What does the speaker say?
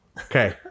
Okay